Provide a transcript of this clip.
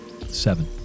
Seven